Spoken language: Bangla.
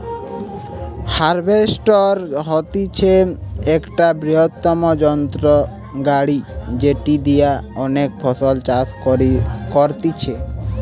হার্ভেস্টর হতিছে একটা বৃহত্তম যন্ত্র গাড়ি যেটি দিয়া অনেক ফসল চাষ করতিছে